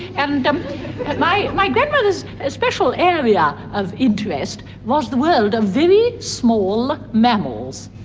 and and um but my my grandmother's ah special area of interest was the world of very small mammals.